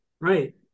Right